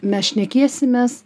mes šnekėsimės